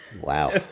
Wow